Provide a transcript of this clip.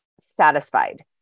satisfied